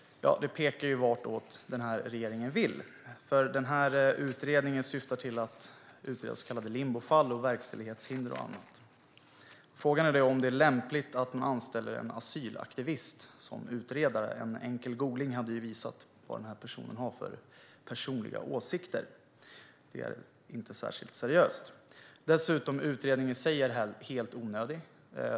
Jo, det pekar ju på vartåt regeringen vill. Utredningen syftar till att utreda så kallade limbofall, verkställighetshinder och annat. Frågan är om det är lämpligt att anställa en asylaktivist som utredare. En enkel googling hade visat vad den här personen har för personliga åsikter. Det är inte särskilt seriöst. Dessutom är utredningen i sig helt onödig.